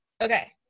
Okay